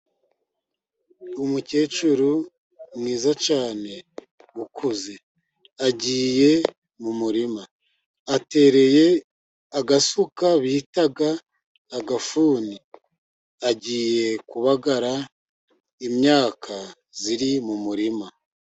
Umukecuru mwiza cyane, ukuze, agiye mu murima, atereye agasuka bita agafuni, agiye kubagara imyaka, iri mu murima.